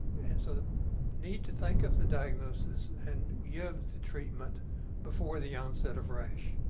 and so the need to think of the diagnosis and you have the treatment before the onset of rash.